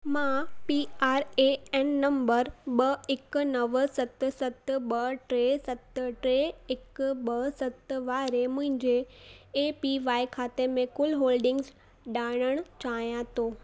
मां P R A N number ॿ हिकु नव सत सत ॿ टे सत टे हिकु ॿ सत वारे मुंहिंजे एपीवाए खाते में कुल होल्डिंगस ॼाणण चाहियां थो